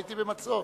חייתי במצור.